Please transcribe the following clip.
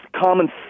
common